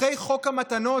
אחרי חוק המתנות,